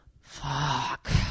fuck